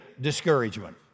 discouragement